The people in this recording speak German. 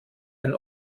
ein